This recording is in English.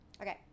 Okay